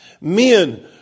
Men